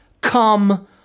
come